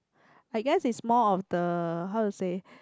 I guess is more of the how to say